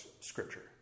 Scripture